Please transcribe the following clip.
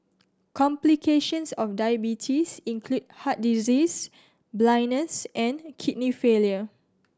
complications of diabetes include heart disease blindness and kidney failure